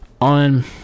on